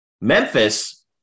Memphis